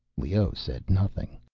leoh said nothing.